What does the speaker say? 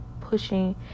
pushing